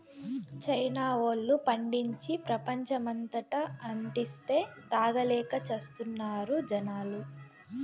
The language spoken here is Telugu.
చైనా వోల్లు పండించి, ప్రపంచమంతటా అంటిస్తే, తాగలేక చస్తున్నారు జనాలు